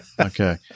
okay